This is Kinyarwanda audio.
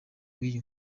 w’iyi